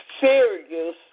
serious